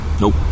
Nope